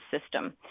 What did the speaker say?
system